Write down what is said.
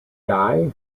die